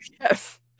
Yes